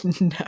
No